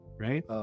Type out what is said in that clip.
Right